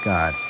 God